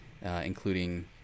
including